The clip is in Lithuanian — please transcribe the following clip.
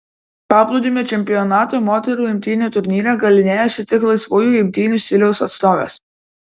paplūdimio čempionato moterų imtynių turnyre galynėjosi tik laisvųjų imtynių stiliaus atstovės